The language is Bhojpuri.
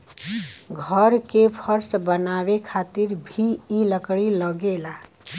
घर के फर्श बनावे खातिर भी इ लकड़ी लगेला